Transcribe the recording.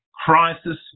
crisis